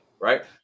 Right